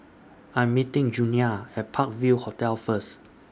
I Am meeting Junia At Park View Hotel First